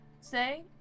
say